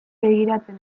begiratzen